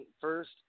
first